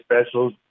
specials